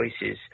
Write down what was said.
choices